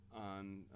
on